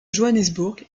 johannesburg